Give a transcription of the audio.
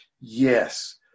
yes